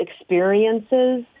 experiences